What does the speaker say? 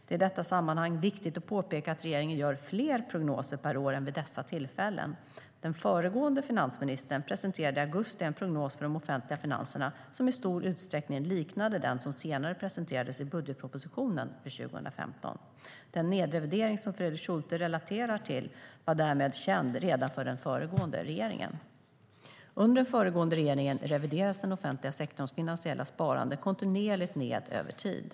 Det är i detta sammanhang viktigt att påpeka att regeringen gör fler prognoser per år än vid dessa tillfällen. Den föregående finansministern presenterade i augusti en prognos för de offentliga finanserna som i stor utsträckning liknade den som senare presenterades i budgetpropositionen för 2015. Den nedrevidering som Fredrik Schulte relaterar till var därmed känd redan för den föregående regeringen. Under den föregående regeringen reviderades den offentliga sektorns finansiella sparande kontinuerligt ned över tid.